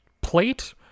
plate